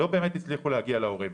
לא באמת הצליחו להגיע להורים.